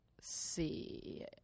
see